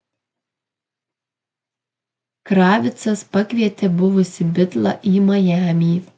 kravitcas pakvietė buvusį bitlą į majamį